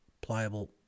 pliable